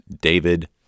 David